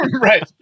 Right